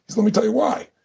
let me tell you why.